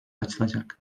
açılacak